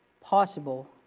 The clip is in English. possible